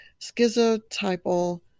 schizotypal